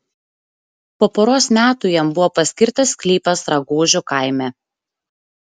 po poros metų jam buvo paskirtas sklypas ragožių kaime